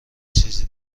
چیزی